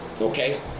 Okay